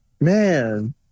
man